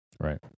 Right